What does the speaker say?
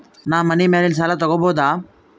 ನಾ ಮನಿ ಮ್ಯಾಲಿನ ಸಾಲ ತಗೋಬಹುದಾ?